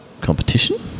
competition